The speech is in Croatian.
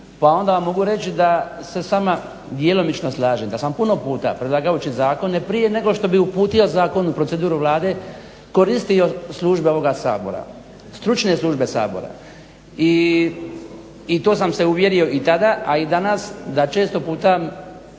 pa onda vam mogu reći da se s vama djelomično slažem, da sam puno puta predlagajući zakone prije nego što bi uputija zakon u proceduru Vlade koristio službe ovoga Sabora, stručne službe Sabora i to sam se uvjerio i tada a i danas da često puta